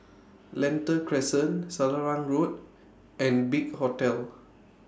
Lentor Crescent Selarang Road and Big Hotel